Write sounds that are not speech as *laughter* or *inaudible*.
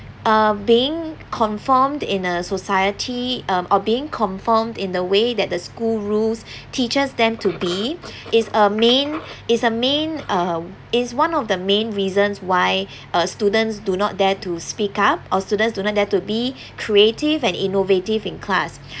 uh being confirmed in a society um or being confirmed in the way that the school rules teaches them to be *noise* is a main is a main uh is one of the main reasons why *breath* uh students do not dare to speak up or students do not dare to be *breath* creative and innovative in class